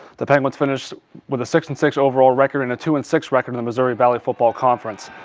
the penguins finished with a six and six overall record, and a two and six record in the missouri valley football conference.